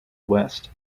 west